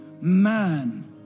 man